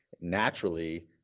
naturally